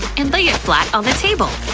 and lay it flat on the table.